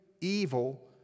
evil